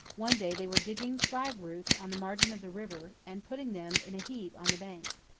one day they were digging flag roots on the margin of the river and putting them in a heap on the bank.